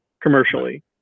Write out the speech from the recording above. commercially